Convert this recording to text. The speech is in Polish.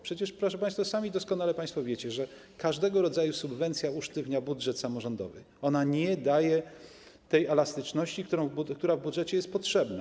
Przecież, proszę państwa, sami doskonale wiecie, że każdego rodzaju subwencja usztywnia budżet samorządowy, nie daje tej elastyczności, która w budżecie jest potrzebna.